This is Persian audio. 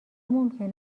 ممکنه